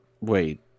wait